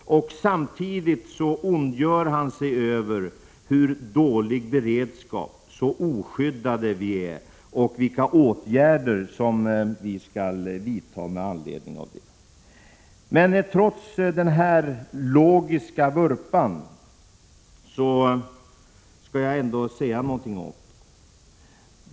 Samtidigt ondgör han sig över hur dålig beredskapen är, hur oskyddade vi är och vilka åtgärder som skall vidtas med anledning därav. Trots denna logiska vurpa skall jag ändå säga någonting om detta.